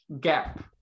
gap